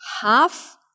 Half